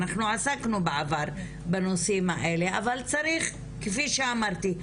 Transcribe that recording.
אנחנו עסקנו בעבר בנושאים האלה אבל צריך כפי שאמרתי,